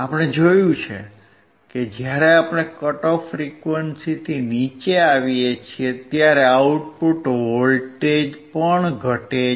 આપણે જોયું કે જ્યારે આપણે કટ ઓફ ફ્રીક્વન્સીથી નીચે આવીએ છીએ ત્યારે આઉટપુટ વોલ્ટેજ ઘટે છે